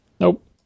Nope